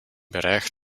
bereich